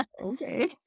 okay